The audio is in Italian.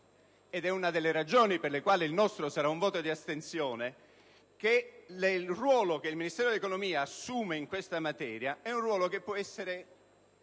ed è una delle ragioni per le quali il nostro sarà un voto di astensione, che il ruolo che il Ministero dell'economia assume in questa materia può essere